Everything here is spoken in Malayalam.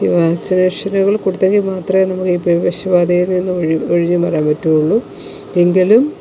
ഈ വാക്സിനേഷനുകൾ കൊടുത്തെങ്കിൽ മാത്രമേ നമുക്ക് ഈ പേ വിഷബാധയിൽ നിന്ന് ഒഴിവ് ഒഴിഞ്ഞുമാറാൻ പറ്റുള്ളൂ എങ്കിലും